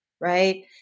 right